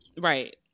right